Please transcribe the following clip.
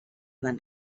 van